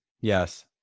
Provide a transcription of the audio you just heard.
yes